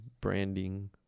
branding